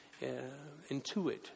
intuit